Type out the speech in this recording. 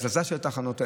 הזזה של התחנות האלה.